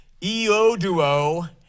eoduo